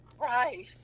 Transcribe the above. Right